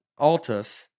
Altus